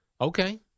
Okay